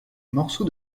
morceaux